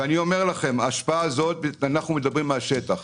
אני אומר לכם, שאנחנו מדברים מהשטח.